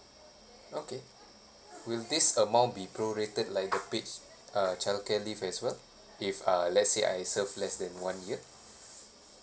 okay will this amount be prorated like the paid childcare leave as well if uh let's say I serve less than one year